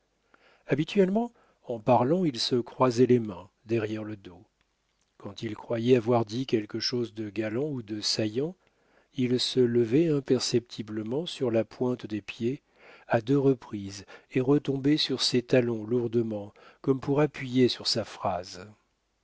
habituellement en parlant il se croisait les mains derrière le dos quand il croyait avoir dit quelque chose de galant ou de saillant il se levait imperceptiblement sur la pointe des pieds à deux reprises et retombait sur ses talons lourdement comme pour appuyer sur sa phrase